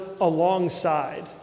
alongside